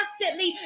constantly